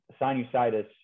sinusitis